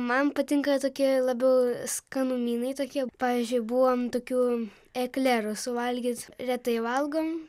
man patinka tokie labiau skanumynai tokie pavyzdžiui buvom tokių eklerus suvalgyt retai valgom